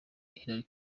hillary